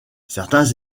certains